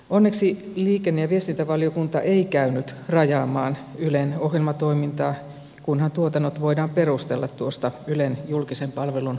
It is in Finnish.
onneksi liikenne ja viestintävaliokunta ei käynyt rajaamaan ylen ohjelmatoimintaa kunhan tuotannot voidaan perustella tuosta ylen julkisen palvelun tehtävästä käsin